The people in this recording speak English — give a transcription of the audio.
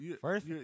First